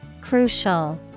Crucial